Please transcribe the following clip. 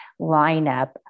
lineup